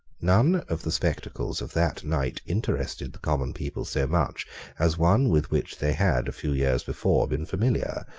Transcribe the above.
none of the spectacles of that night interested the common people so much as one with which they had, a few years before, been familiar,